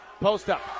post-up